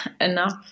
enough